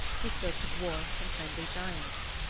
he spoke to dwarfs and friendly giants.